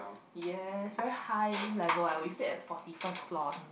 yes very high level we stayed at forty first floor